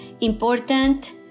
important